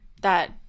that-